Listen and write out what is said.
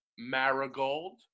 marigold